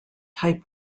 type